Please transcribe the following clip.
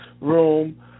room